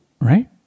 right